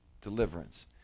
deliverance